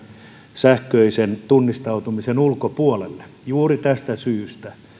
sähköisen tunnistautumisen ulkopuolelle juuri tästä syystä